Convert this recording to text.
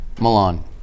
Milan